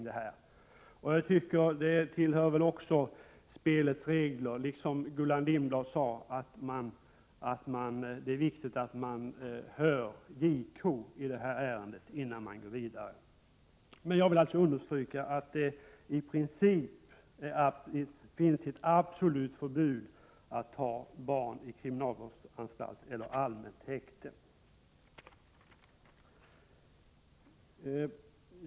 Det tillhör väl också spelets regler, som Gullan Lindblad sade, att man hör JK i detta ärende innan man går vidare. Jag vill alltså understryka att det i princip finns ett absolut förbud mot att ta barn i förvar i kriminalvårdsanstalt eller allmänt häkte.